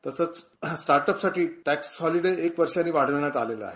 तसच स्टार्टअपसाठी tax holiday एक वर्षानी वाढविण्यात आला आहे